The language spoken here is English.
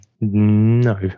No